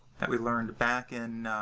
that we learned back in